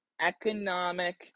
economic